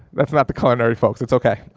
that's not the culinary folks, it's okay.